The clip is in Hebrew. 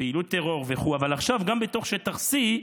פעילות טרור וכו', אבל עכשיו גם שטח C,